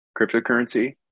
cryptocurrency